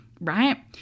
Right